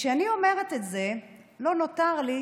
וכשאני אומרת את זה, לא נותר לי